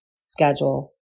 schedule